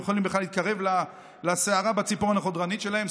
לא יכולים בכלל להתקרב לשערה בציפורן החודרנית שלהם,